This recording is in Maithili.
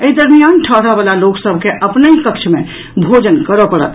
एहि दरमियान ठहरऽ वला लोक सभ के अपनहि कक्ष मे भोजन करऽ पड़त